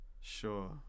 Sure